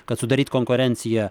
kad sudaryt konkurenciją